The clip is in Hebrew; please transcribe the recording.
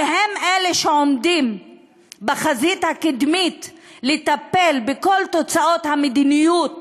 שהם אלה שעומדים בחזית הקדמית של הטיפול בכל תוצאות המדיניות